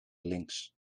links